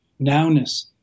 Nowness